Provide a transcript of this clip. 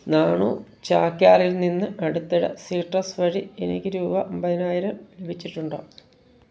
നാണു ചാക്യാരിൽ നിന്ന് അടുത്തിടെ സിട്രസ് വഴി എനിക്ക് രൂപ അമ്പതിനായിരം ലഭിച്ചിട്ടുണ്ടോ